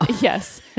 Yes